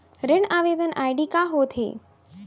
ऋण आवेदन आई.डी का होत हे?